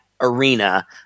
arena